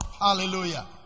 Hallelujah